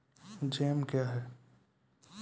Jam क्या हैं?